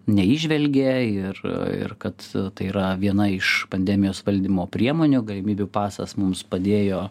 neįžvelgė ir ir kad tai yra viena iš pandemijos valdymo priemonių galimybių pasas mums padėjo